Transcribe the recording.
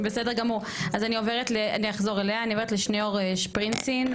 וכעת אני עוברת אל שניאור שפרינצין,